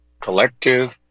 Collective